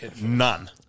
None